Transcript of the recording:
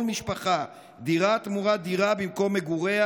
משפחה דירה תמורת דירה במקום מגוריה.